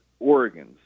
oregons